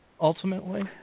ultimately